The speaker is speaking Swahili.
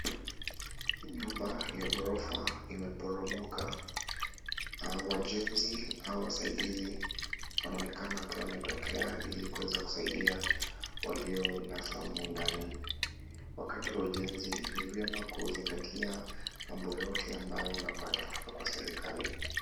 Nyumba ya ghorofa imeporomoka. Wajenzi au wasaidizi wanaonekana wakiwa wametokea ili kuweza kusaidia walio na fahamu ndani. Wakati wa ujenzi, ni vyema kuzingatia mambo yote ambayo unapata kutoka kwa daktari.